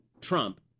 Trump